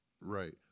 Right